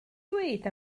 dweud